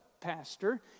pastor